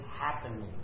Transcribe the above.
happening